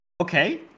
okay